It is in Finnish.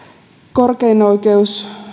korkein oikeus